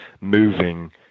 moving